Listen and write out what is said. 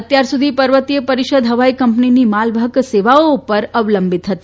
અત્યાર સુધી પર્વતીય પરીષદ હવાઇ કંપનીની માલવાહક સેવાઓ પર અવલંબિત ફતી